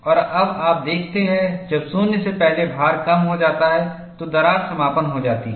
और अब आप देखते हैं जब 0 से पहले भार कम हो जाता है तो दरार समापन हो जाती है